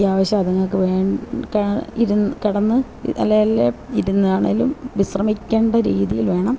അത്യാവശ്യം അതുങ്ങൾക്ക് വേൻ ക ഇരുന്നു കിടന്ന് അല്ലയേലും ഇരുന്നാണെങ്കിലും വിശ്രമിക്കേണ്ട രീതിയിൽ വേണം